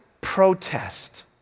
protest